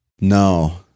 No